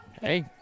Hey